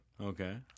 Okay